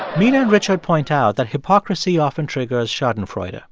mina and richard point out that hypocrisy often triggers schadenfreude, ah